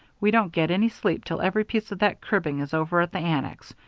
we don't get any sleep till every piece of that cribbing is over at the annex,